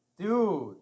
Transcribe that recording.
Dude